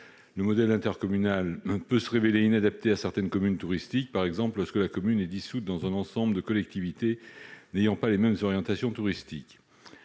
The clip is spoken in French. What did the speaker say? Le modèle intercommunal peut se révéler inadapté à certaines communes touristiques, par exemple lorsqu'elles sont dissoutes dans un ensemble de collectivités n'ayant pas les mêmes orientations touristiques.